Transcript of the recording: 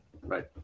Right